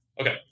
Okay